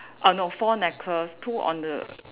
err no four necklace two on the